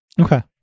Okay